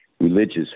religious